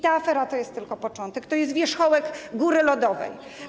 Ta afera to jest tylko początek, to jest wierzchołek góry lodowej.